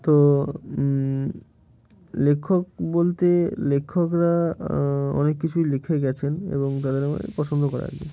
তো লেখক বলতে লেখকরা অনেক কিছুই লিখে গিয়েছেন এবং তাদের আমার পছন্দ করা আর কি